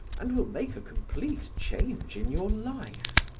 and will make a complete change in your life.